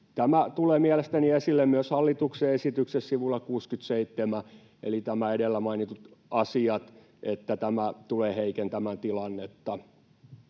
Tämä tulee mielestäni esille myös hallituksen esityksessä sivulla 67 eli nämä edellä mainitut asiat, että tämä tulee heikentämään tilannetta.